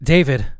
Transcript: David